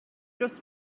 dros